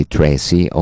Tracy